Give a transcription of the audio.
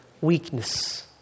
weakness